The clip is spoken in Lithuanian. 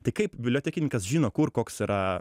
tai kaip bibliotekininkas žino kur koks yra